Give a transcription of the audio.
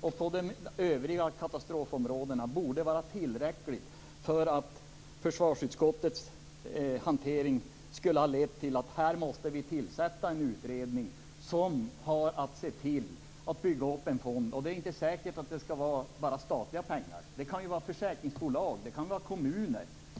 och de övriga katastrofområdena borde vara tillräcklig för att försvarsutskottets hantering skulle ha lett till krav på tillsättande av en utredning som hade att se till att bygga upp en fond. Det är inte säkert att den bara skall bestå av statliga pengar, utan den kan också bestå av pengar från försäkringsbolag och kommuner.